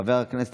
חבר הכנסת